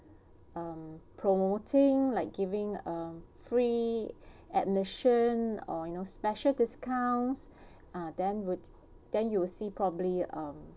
um promoting like giving a free admission or you know special discounts uh then would then you see probably um